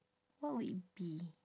what would it be